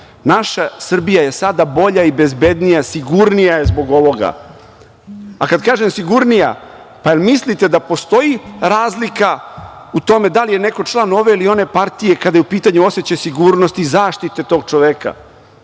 Srbija je sada bolja i bezbednija, sigurnija je zbog ovoga. Kad kažem – sigurnija, pa jel mislite da postoji razlika u tome da li je neko član ove ili one partije kada je u pitanju osećaj sigurnosti i zaštite tog čoveka?